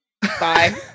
Bye